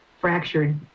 fractured